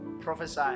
Prophesy